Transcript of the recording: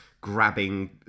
grabbing